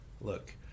Look